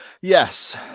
Yes